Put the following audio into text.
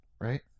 Right